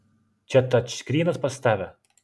čia tačskrynas pas tave